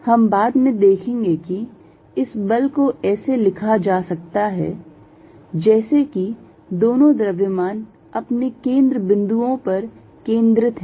हम बाद में देखेंगे कि इस बल को ऐसे लिखा जा सकता है जैसे कि दोनों द्रव्यमान अपने केंद्र बिंदुओं पर केंद्रित हैं